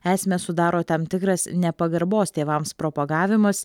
esmę sudaro tam tikras nepagarbos tėvams propagavimas